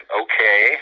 okay